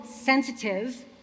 sensitive